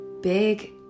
big